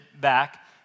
back